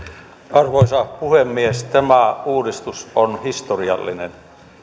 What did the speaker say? arvoisa puhemies tämä uudistus on historiallinen